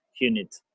unit